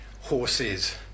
horses